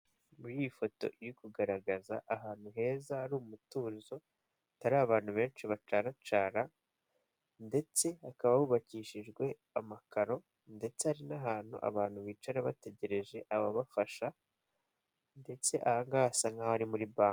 Muri iyi foto iri kugaragaza ahantu heza hari umutuzo, hatari abantu benshi bacaracara, ndetse hakaba hubakishijwe amakaro, ndetse ari n'ahantu abantu bicara bategereje ababafasha, ndetse aha hasa nkaho ari muri banki.